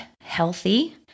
healthy